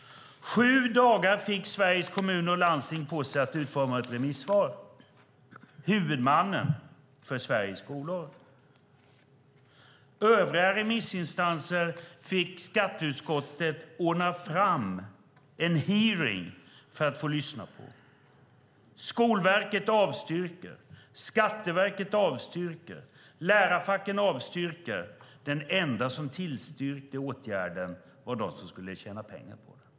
Sju dagar fick Sveriges Kommuner och Landsting, huvudmannen för Sveriges skolor, på sig att utforma ett remissvar. För övriga remissinstanser fick skatteutskottet ordna fram en hearing för att få lyssna på dem. Skolverket avstyrker. Skatteverket avstyrker. Lärarfacken avstyrker. De enda som tillstyrker åtgärden är de som skulle tjäna pengar på den.